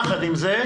יחד עם זה,